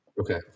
Okay